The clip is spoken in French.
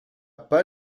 pas